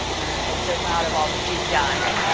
and so proud of all that she's done.